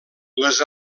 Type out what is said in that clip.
les